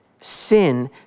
Sin